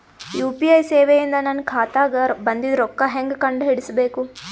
UPI ಸೇವೆ ಇಂದ ನನ್ನ ಖಾತಾಗ ಬಂದಿದ್ದ ರೊಕ್ಕ ಹೆಂಗ್ ಕಂಡ ಹಿಡಿಸಬಹುದು?